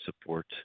support